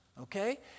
Okay